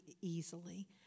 easily